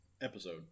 episode